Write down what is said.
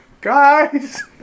guys